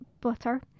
Butter